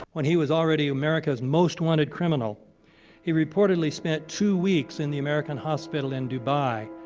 when he was already america's most wanted criminal he reportedly spent two weeks in the american hospital in dubai,